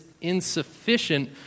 insufficient